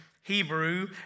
Hebrew